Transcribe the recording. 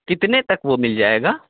کتنے تک وہ مل جائے گا